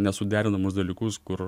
nesuderinamus dalykus kur